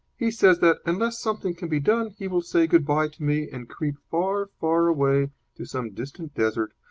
he says that, unless something can be done, he will say good-bye to me and creep far, far away to some distant desert,